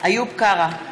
איוב קרא,